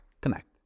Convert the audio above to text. connect